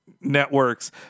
networks